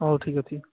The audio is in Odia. ହଉ ଠିକ୍ ଅଛି